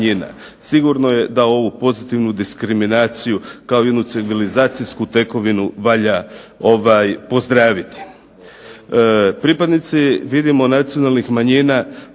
Sigurno je da ovu pozitivnu diskriminaciju kao jednu civilizacijsku tekovinu valja pozdraviti. Pripadnici, vidimo, nacionalnih manjina,